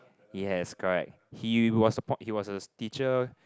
yes correct he was support he was a teacher